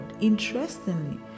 Interestingly